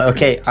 Okay